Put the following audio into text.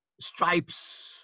stripes